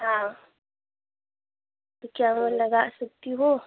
हाँ तो क्या वह लगा सकती हूँ